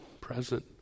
present